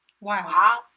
Wow